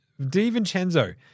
DiVincenzo